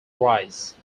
rice